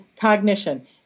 cognition